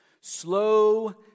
slow